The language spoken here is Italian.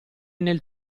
nel